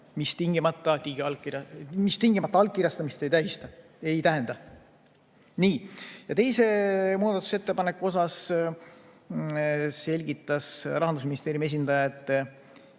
mis tingimata allkirjastamist ei tähenda. Teise muudatusettepaneku kohta selgitas Rahandusministeeriumi esindaja,